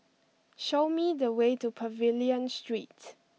show me the way to Pavilion Street